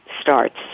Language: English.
starts